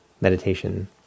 meditation